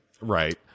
right